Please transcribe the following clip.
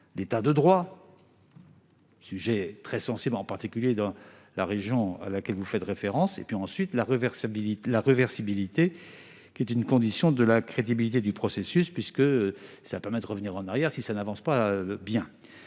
d'État de droit, un sujet particulièrement sensible dans la région à laquelle vous faites référence ; enfin, la réversibilité, qui est une condition de la crédibilité du processus, puisqu'elle permet de revenir en arrière si cela n'avance pas bien.